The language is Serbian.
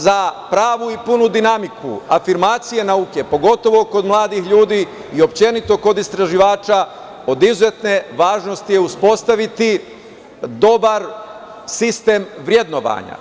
Za pravu i punu dinamiku afirmacije nauke, pogotovo kod mladih ljudi i opšte kod istraživača od izuzetne važnosti je uspostaviti dobar sistem vrednovanja.